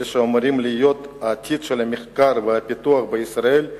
אלה שאמורים להיות העתיד של המחקר והפיתוח בישראל,